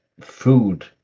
food